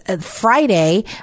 Friday